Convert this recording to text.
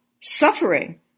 suffering